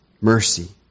mercy